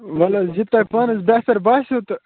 وَلہٕ حظ یہِ تۄہہِ پانَس بیٚہتَر باسیٚو تہٕ